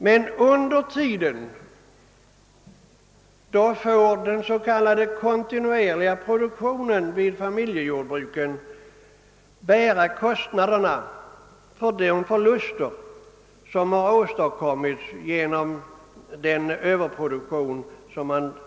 Men under tiden får den s.k. kontinuerliga produktionen vid familjejordbruken bära kostnaderna för de förluster som har åstadkommits genom den tidigare överproduktionen.